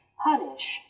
punish